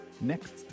next